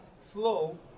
flow